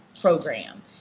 program